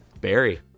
Barry